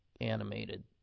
animated